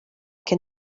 can